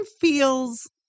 feels